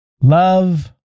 love